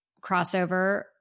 crossover